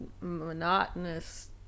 monotonous